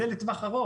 זה לטווח ארוך,